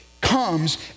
comes